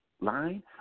line